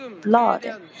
blood